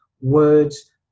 words